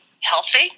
healthy